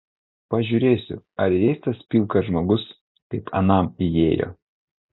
pažiūrėsiu ar įeis tas pilkas žmogus kaip anam įėjo